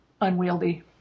unwieldy